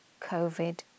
COVID